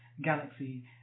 galaxy